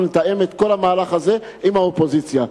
נתאם את כל המהלך הזה עם האופוזיציה.